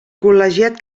col·legiat